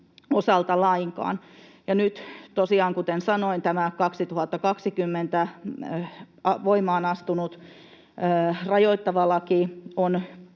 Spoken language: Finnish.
osalta lainkaan. Ja nyt tosiaan, kuten sanoin, tämä 2020 voimaan astunut rajoittava laki on